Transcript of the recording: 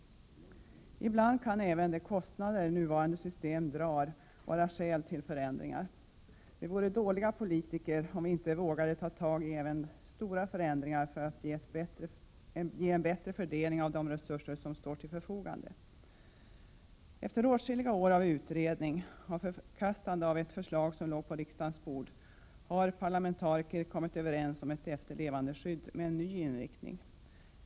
Ibland kan även de kostnader som nuvarande system drar vara skäl till förändringar. Vi vore dåliga politiker om vi inte vågade ta tag i även stora förändringar för att få en bättre fördelning av de resurser som står till förfogande. Efter åtskilliga år av utredning, av förkastande av ett förslag som låg på riksdagens bord, har parlamentariker kommit överens om ett efterlevandeskydd med en ny inriktning.